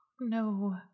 no